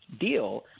deal